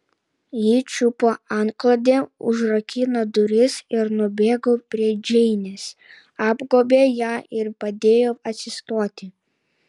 ji čiupo antklodę užrakino duris ir nubėgo prie džeinės apgobė ją ir padėjo atsistoti